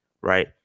right